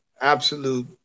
absolute